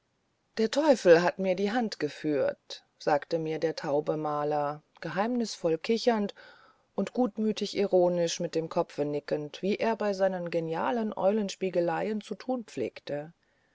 der teufel hat mir die hand geführt sagte mir der taube maler geheimnisvoll kichernd und gutmütig ironisch mit dem kopfe nickend wie er bei seinen genialen eulenspiegeleien zu tun pflegte